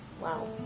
Wow